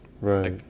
right